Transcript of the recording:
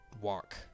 Walk